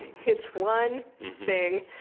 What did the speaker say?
it's one thing.